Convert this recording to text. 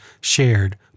shared